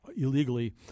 illegally